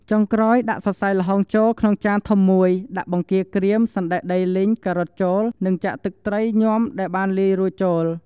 ចុងក្រោយ ដាក់សរសៃល្ហុងចូលក្នុងចានធំមួយ ដាក់បង្គាក្រៀម សណ្ដែកដីលីង ការ៉ុតចូល និងចាក់ទឹកត្រីញាំដែលបានលាយរួចចូល។